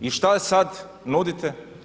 I šta sada nudite?